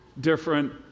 different